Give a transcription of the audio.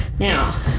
now